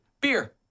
Beer